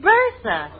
Bertha